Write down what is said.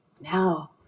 Now